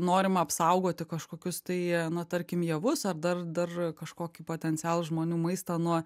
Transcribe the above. norim apsaugoti kažkokius tai na tarkim javus ar dar dar kažkokį potencialą žmonių maistą nuo